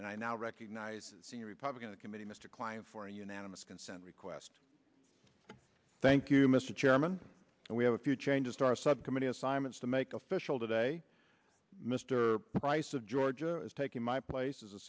and i now recognizes senior republican the committee mr client for a unanimous consent request thank you mr chairman and we have a few changes to our subcommittee assignments to make official today mr price of georgia is taking my place is a